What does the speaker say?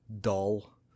dull